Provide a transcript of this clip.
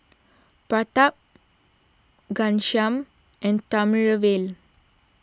Pratap Ghanshyam and Thamizhavel